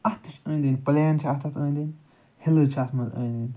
اَتھ تہِ چھِ أنٛدۍ أنٛدۍ پٕلین چھِ اَتھ أنٛدۍ أنٛدۍ ہلٕز چھِ اَتھ منٛز أنٛدۍ أنٛدۍ